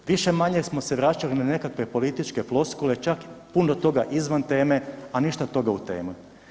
Više-manje smo se vraćali na nekakve političke floskule, čak puno toga izvan teme a ništa toga u temi.